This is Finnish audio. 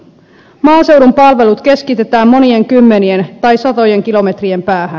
maaseudun palvelut keskitetään monien kymmenien tai satojen kilometrien päähän